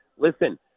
Listen